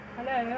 Hello